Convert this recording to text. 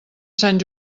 sant